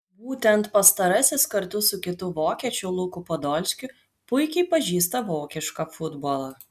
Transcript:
būtent pastarasis kartu su kitu vokiečiu luku podolskiu puikiai pažįsta vokišką futbolą